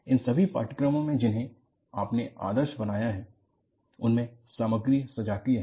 उन सभी पाठ्यक्रमों में जिन्हें आपने आदर्श बनाया है उनमें सामग्री सजातीय है